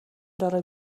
доор